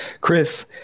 Chris